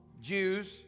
Jews